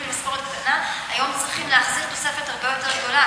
ממשכורת קטנה היום צריכים להחזיר תוספת הרבה יותר גדולה,